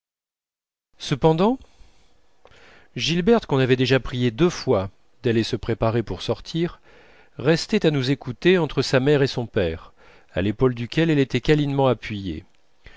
cependant gilberte qu'on avait déjà priée deux fois d'aller se préparer pour sortir restait à nous écouter entre sa mère et son père à l'épaule duquel elle était câlinement appuyée